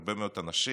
הרבה מאוד אנשים,